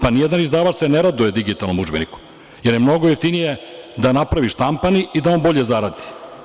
Pa, nijedan izdavač se ne raduje digitalnom udžbeniku jer je mnogo jeftinije da napravi štampani i da on bolje zaradi.